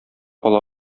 ала